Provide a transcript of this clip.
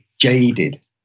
jaded